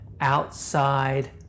outside